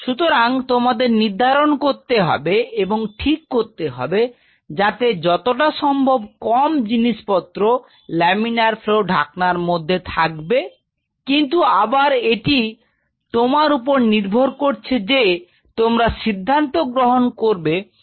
সুতরাং তোমাদের নির্ধারণ করতে হবে এবং ঠিক করতে হবে যাতে যতটা সম্ভব কম জিনিসপত্র লামিনার ফ্লও ঢাকনার মধ্যে রাখবে কিন্তু আবার এটি তোমার উপর নির্ভর করছে যে তোমরা সিদ্ধান্ত গ্রহণ করবে এখানে কি রাখবে